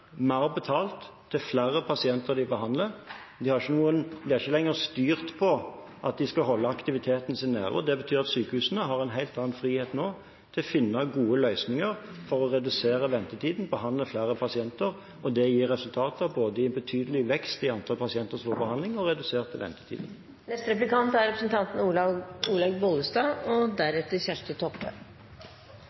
mer betalt jo flere pasienter de behandler. De er ikke lenger styrt på at de skal holde aktiviteten sin nede. Det betyr at sykehusene har en helt annen frihet nå til å finne gode løsninger for å redusere ventetiden, behandle flere pasienter. Det gir resultater gjennom både betydelig vekst i antall pasienter som får behandling , og reduserte